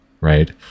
right